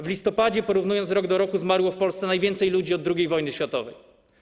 W listopadzie, porównując rok do roku, zmarło w Polsce najwięcej ludzi od II wojny światowej.